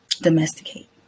domesticate